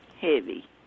heavy